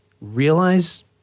realize